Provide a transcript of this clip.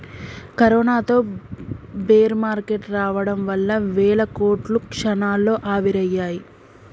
కరోనాతో bear market రావడం వల్ల వేల కోట్లు క్షణాల్లో ఆవిరయ్యాయి